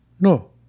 no